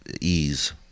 ease